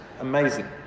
amazing